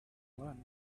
learn